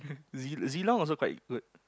Z~ Zilong also quite good